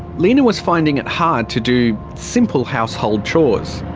lina was finding it hard to do simple household chores.